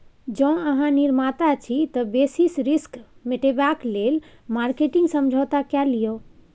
जौं अहाँ निर्माता छी तए बेसिस रिस्क मेटेबाक लेल मार्केटिंग समझौता कए लियौ